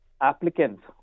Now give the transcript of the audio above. applicants